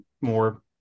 more